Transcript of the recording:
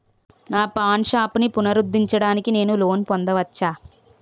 నా పాన్ షాప్ని పునరుద్ధరించడానికి నేను లోన్ పొందవచ్చా?